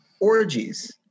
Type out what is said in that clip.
orgies